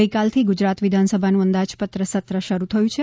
ગઇકાલથી ગુજરાત વિધાનસભા નું અંદાજપત્ર સત્ર શરૂ થયું છે